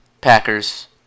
Packers